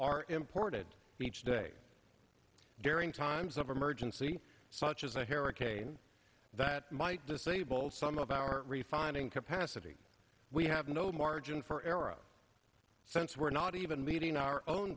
are imported each day during times of emergency such as a hair or a cane that might disable some of our refining capacity we have no margin for error a sense we're not even meeting our own